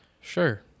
Sure